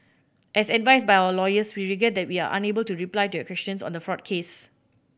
as advised by our lawyers we regret that we are unable to reply to your questions on the fraud case